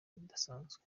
bidasanzwe